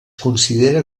considerada